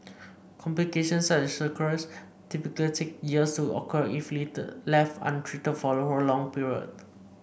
complications such as cirrhosis typically take years to occur if left untreated for a prolonged period